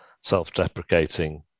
self-deprecating